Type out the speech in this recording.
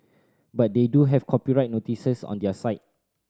but they do have copyright notices on their site